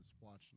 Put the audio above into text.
watching